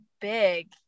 big